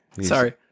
Sorry